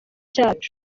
cyacu